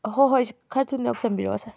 ꯍꯣꯏ ꯍꯣꯏ ꯈꯔ ꯊꯨꯅ ꯌꯧꯁꯟꯕꯤꯔꯛꯑꯣ ꯁꯥꯔ